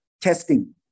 testing